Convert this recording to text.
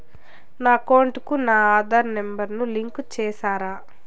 నా అకౌంట్ కు నా ఆధార్ నెంబర్ ను లింకు చేసారా